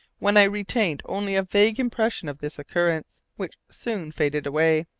when i retained only a vague impression of this occurrence, which soon faded away.